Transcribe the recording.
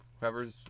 whoever's